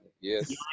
Yes